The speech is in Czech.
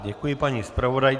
Děkuji paní zpravodajce.